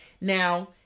Now